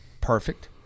perfect